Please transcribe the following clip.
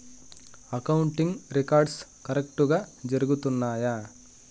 accounting records కరెక్టుగా జరుగుతున్నాయా